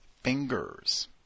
fingers